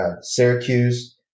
Syracuse